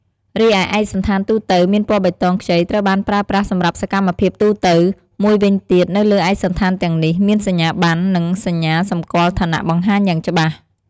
រីឯឯកសណ្ឋានទូទៅ មានពណ៌បៃតងខ្ចីត្រូវបានប្រើប្រាស់សម្រាប់សកម្មភាពទូទៅ មួយវិញទៀតនៅលើឯកសណ្ឋានទាំងនេះ មានសញ្ញាបត្រ និងសញ្ញាសម្គាល់ឋានៈបង្ហាញយ៉ាងច្បាស់។